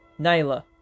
Nyla